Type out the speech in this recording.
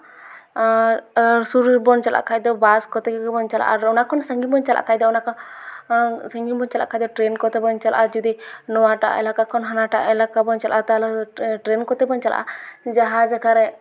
ᱟᱨ ᱟᱨ ᱥᱩᱨ ᱨᱮᱵᱚᱱ ᱪᱟᱞᱟᱜ ᱠᱷᱟᱡ ᱫᱚ ᱵᱟᱥ ᱠᱚᱛᱮ ᱜᱮᱵᱚᱱ ᱪᱟᱞᱟᱜᱼᱟ ᱚᱱᱟ ᱠᱷᱚᱱ ᱥᱟᱺᱜᱤᱧ ᱵᱚᱱ ᱪᱟᱞᱟᱜ ᱠᱷᱟᱡ ᱫᱚ ᱥᱟᱺᱜᱤᱧ ᱵᱚᱱ ᱪᱟᱞᱟᱜ ᱠᱷᱟᱡ ᱫᱚ ᱴᱨᱮᱹᱱ ᱠᱚᱛᱮ ᱵᱚᱱ ᱪᱟᱞᱟᱜᱼᱟ ᱡᱩᱫᱤ ᱱᱚᱣᱟᱟᱜ ᱮᱞᱟᱠᱟ ᱠᱷᱚᱱ ᱦᱟᱱᱟᱴᱟᱜ ᱮᱞᱟᱠᱟ ᱵᱚᱱ ᱪᱟᱞᱟᱜᱼᱟ ᱛᱟᱦᱚᱞᱮ ᱫᱚ ᱴᱨᱮᱹᱱ ᱠᱚᱛᱮ ᱵᱚᱱ ᱪᱟᱞᱟᱜᱼᱟ ᱡᱟᱡᱟᱸ ᱡᱟᱭᱜᱟ ᱨᱮ